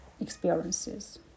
experiences